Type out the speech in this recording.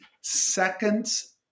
seconds